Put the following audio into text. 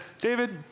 David